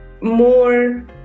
more